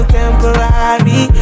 temporary